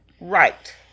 Right